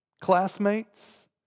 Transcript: classmates